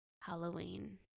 Halloween